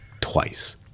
twice